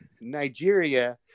Nigeria